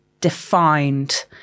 defined